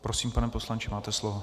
Prosím, pane poslanče, máte slovo.